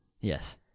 Yes